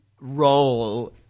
role